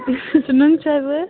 نُن چاے وٲلۍ